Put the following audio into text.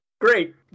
great